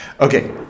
Okay